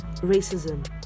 racism